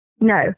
No